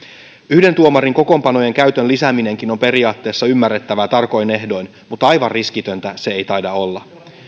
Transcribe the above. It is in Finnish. yhden tuomarin kokoonpanojen käytön lisääminenkin on periaatteessa ymmärrettävää tarkoin ehdoin mutta aivan riskitöntä se ei taida olla